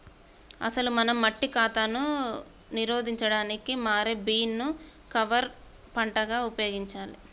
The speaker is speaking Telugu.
అసలు మనం మట్టి కాతాను నిరోధించడానికి మారే బీన్ ను కవర్ పంటగా ఉపయోగించాలి